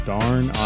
Darn